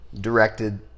directed